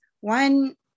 one